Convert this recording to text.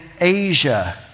Asia